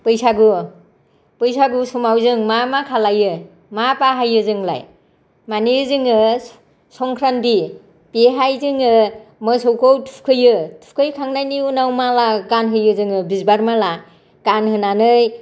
बैसागु बैसागु समाव जों मा मा खालामो मा बाहायो जोंलाय माने जोङो संख्रानथि बेवहाय जोङो मोसौखौ थुखैयो थुखै खांनायनि उनाव माला गानहोयो जोङो बिबार माला गानहोनानै